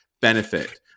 benefit